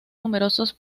numerosos